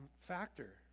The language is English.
factor